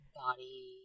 body